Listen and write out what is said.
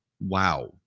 wow